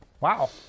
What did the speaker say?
Wow